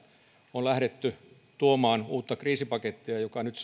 on lähdetty tuomaan uutta kriisipakettia joka nyt